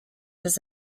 his